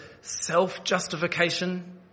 self-justification